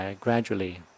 gradually